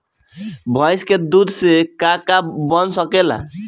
भइस के दूध से का का बन सकेला?